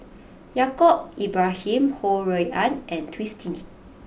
Yaacob Ibrahim Ho Rui An and Twisstii